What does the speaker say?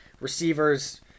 receivers